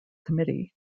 committee